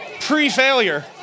Pre-failure